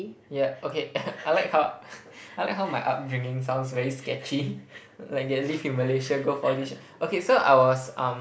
yeah okay I like how I like how my upbringing sounds very sketchy like get to live in Malaysia go four D shop okay so I was um